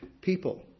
people